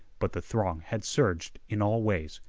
but the throng had surged in all ways,